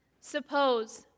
Suppose